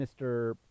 Mr